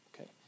Okay